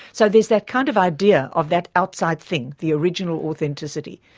so there's that kind of idea of that outside thing, the original authenticity,